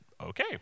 okay